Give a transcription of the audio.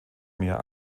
mehr